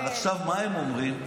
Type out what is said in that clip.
אבל עכשיו מה הם אומרים?